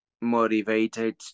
motivated